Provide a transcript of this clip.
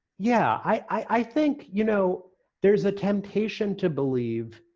yeah, i think you know there's a temptation to believe,